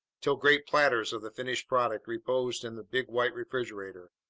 till great platters of the finished product reposed in the big white refrigerator,